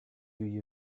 you